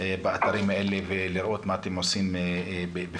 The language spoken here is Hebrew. באתרים האלה ולראות מה אתם עושים בפועל.